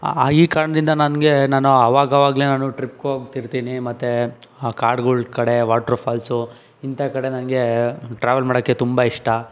ಆ ಈ ಕಾರಣದಿಂದ ನನಗೆ ನಾನು ಅವಾಗವಾಗ್ಲೆ ನಾನು ಟ್ರಿಪ್ಗೆ ಹೋಗ್ತಿರ್ತೀನಿ ಮತ್ತೆ ಆ ಕಾಡುಗಳು ಕಡೆ ವಾಟ್ರು ಫಾಲ್ಸು ಇಂಥ ಕಡೆ ನನಗೆ ಟ್ರಾವೆಲ್ ಮಾಡೋಕ್ಕೆ ತುಂಬ ಇಷ್ಟ